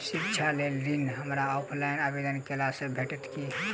शिक्षा केँ लेल ऋण, हमरा ऑफलाइन आवेदन कैला सँ भेटतय की?